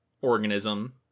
organism